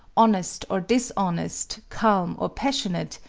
honest or dishonest, calm or passionate,